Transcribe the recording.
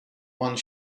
one